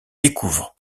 découvre